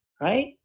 right